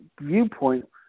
viewpoint